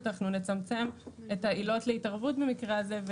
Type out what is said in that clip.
אנחנו נצמצם את העילות להתערבות במקרה הזה,